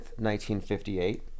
1958